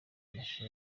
amashusho